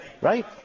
Right